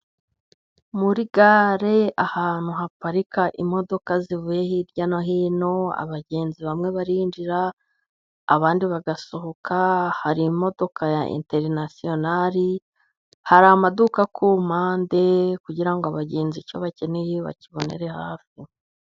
Muri gare ahantu haparika imodoka zivuye hirya no hino , abagenzi bamwe barinjira , abandi bagasohoka , hari imodoka ya Interinasiyonali , hari amaduka ku mpande kugira ngo abagenzi icyo bakeneye bakibonere hafi.